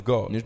God